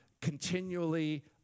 continually